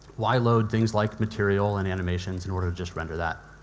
why load things like material and animations in order to just render that?